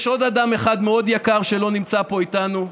יש עוד אדם אחד מאוד יקר שלא נמצא פה איתנו.